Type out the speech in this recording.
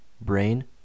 Brain